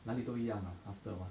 哪里都一样 ah after awhile